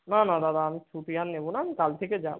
না না দাদা আমি ছুটি আর নেবো না আমি কাল থেকে যাবো